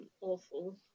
awful